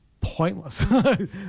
pointless